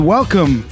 Welcome